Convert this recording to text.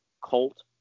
Colt